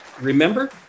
remember